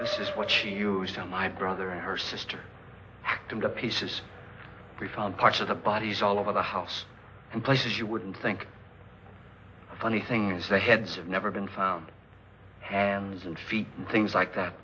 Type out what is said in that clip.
this is what she used to my brother and her sister to the pieces we found parts of the bodies all over the house and places you wouldn't think funny things the heads of never been found hands and feet and things like that